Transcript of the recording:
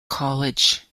college